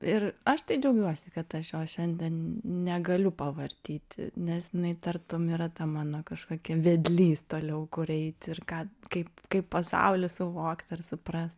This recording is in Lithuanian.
ir aš tai džiaugiuosi kad aš jos šiandien negaliu pavartyti nes jinai tartum yra ta mano kažkokia vedlys toliau kur eiti ir ką kaip kaip pasaulį suvokt ar suprast